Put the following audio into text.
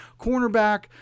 cornerback